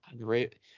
Great